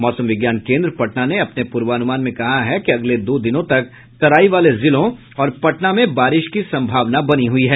मौसम विज्ञान केन्द्र पटना ने अपने पूर्वानुमान में कहा है कि अगले दो दिनों तक तराई वाले जिलों और पटना में बारिश की सम्भावना बनी हुई है